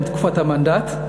מתקופת המנדט.